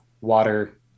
water